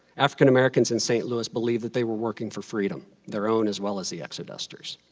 african americans in st. louis believed that they were working for freedom, their own as well as the exodusters.